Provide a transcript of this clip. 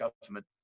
government